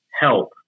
help